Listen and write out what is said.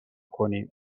کنیم